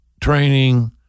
training